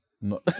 No